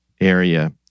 area